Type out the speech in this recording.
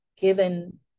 given